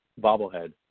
bobblehead